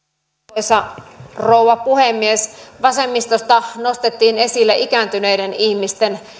arvoisa rouva puhemies vasemmistosta nostettiin esille ikääntyneiden ihmisten